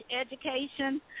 education